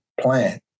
plan